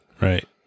Right